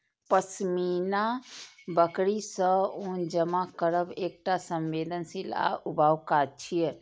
पश्मीना बकरी सं ऊन जमा करब एकटा संवेदनशील आ ऊबाऊ काज छियै